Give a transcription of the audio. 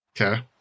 Okay